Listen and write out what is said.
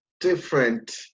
different